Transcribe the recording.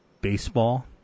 baseball